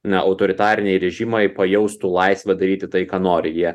na autoritariniai režimai pajaustų laisvę daryti tai ką nori jie